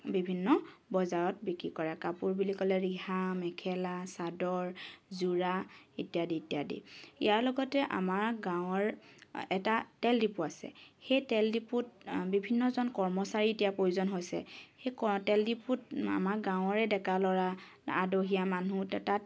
বিভিন্ন বজাৰত বিক্ৰী কৰে কাপোৰ বুলি ক'লে ৰিহা মেখেলা চাদৰ যোৰা ইত্যাদি ইত্যাদি ইয়াৰ লগতে আমাৰ গাঁৱৰ এটা তেল ডিপু আছে সেই তেল ডিপুত বিভিন্নজন কৰ্মচাৰী এতিয়া প্ৰয়োজন হৈছে সেই তেল ডিপুত আমাৰ গাঁৱৰে ডেকা ল'ৰা আদহীয়া মানুহ তাত